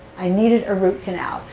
i needed a root canal.